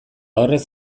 horrez